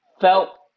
felt